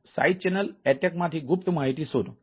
હુમલામાંથી ગુપ્ત માહિતી શોધો